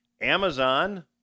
Amazon